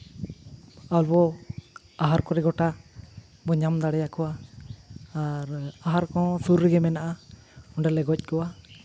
ᱟᱵᱚ ᱟᱦᱟᱨ ᱠᱚᱨᱮ ᱜᱚᱴᱟ ᱵᱚ ᱧᱟᱢ ᱫᱟᱲᱮᱭᱟ ᱠᱚᱣᱟ ᱟᱨ ᱟᱦᱟᱨ ᱠᱚ ᱦᱚᱸ ᱥᱩᱨ ᱨᱮᱜᱮ ᱢᱮᱱᱟᱜᱼᱟ ᱚᱸᱰᱮ ᱞᱮ ᱜᱚᱡ ᱠᱚᱣᱟ